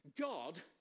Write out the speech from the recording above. God